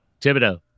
Thibodeau